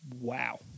Wow